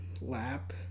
Lap